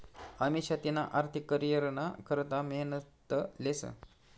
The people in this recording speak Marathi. अमिषा तिना आर्थिक करीयरना करता मेहनत लेस